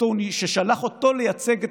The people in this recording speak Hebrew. ששלח אותו לייצג כאן,